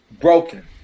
broken